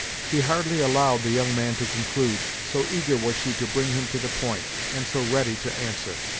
she hardly allowed the young man to conclude, so eager was she to bring him to the point, and so ready to answer.